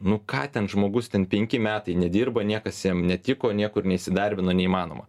nu ką ten žmogus ten penki metai nedirba niekas jam netiko niekur neįsidarbino neįmanoma